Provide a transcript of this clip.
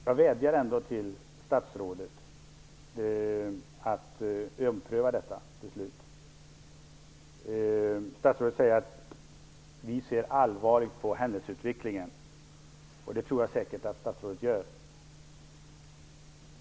Jag vädjar ändå till statsrådet om att överpröva detta beslut. Statsrådet säger att han ser allvarligt på händelseutvecklingen. Det tror jag säkert att statsrådet gör.